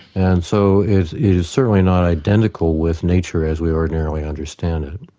and so it is certainly not identical with nature as we ordinarily understand it.